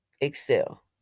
excel